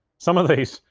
some of these,